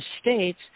states